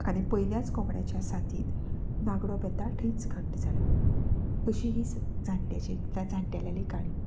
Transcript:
आनी पयल्याच कोमड्याच्या सादीत नागडो बेताळ थंयच घट्ट जालो अशी ही स् जाण्ट्याचे एकल्या जाण्टेल्याली काणी